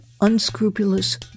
unscrupulous